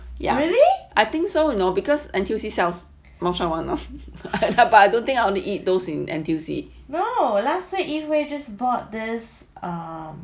ya I think so you know because N_T_U_C sells 猫山王 now but I don't think I want to eat those in N_T_U_C